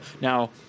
Now